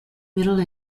middle